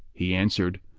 he answered,